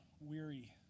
weary